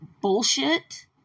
bullshit